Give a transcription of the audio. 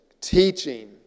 teaching